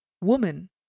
Woman